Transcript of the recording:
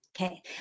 okay